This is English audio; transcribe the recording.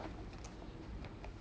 <Z